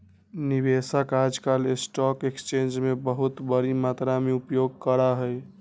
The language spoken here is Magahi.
निवेशक आजकल स्टाक एक्स्चेंज के बहुत बडी मात्रा में उपयोग करा हई